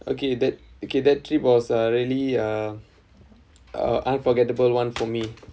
okay that okay that trip was uh really uh uh unforgettable one for me